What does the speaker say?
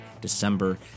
December